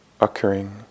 occurring